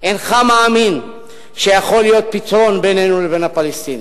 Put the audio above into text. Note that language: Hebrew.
אינך מאמין שיכול להיות פתרון בינינו ובין הפלסטינים.